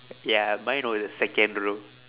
ya mine was second row